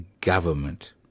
government